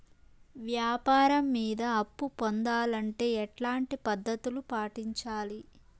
వ్యాపారం మీద అప్పు పొందాలంటే ఎట్లాంటి పద్ధతులు పాటించాలి?